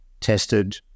tested